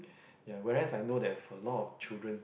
whereas I know they've a lot of children